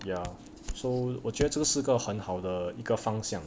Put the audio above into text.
ya so 我觉得这个是个很好的一个方向